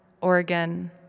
Oregon